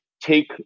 take